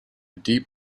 deep